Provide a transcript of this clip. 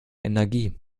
energie